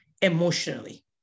emotionally